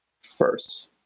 first